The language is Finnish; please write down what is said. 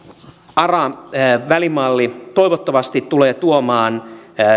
ara välimalli toivottavasti tulee tuomaan